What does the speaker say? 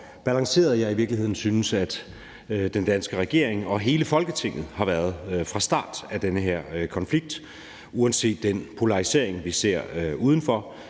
virkeligheden synes den danske regering og hele Folketinget har været fra start af i den her konflikt uanset den polarisering, vi ser udenfor